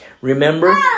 Remember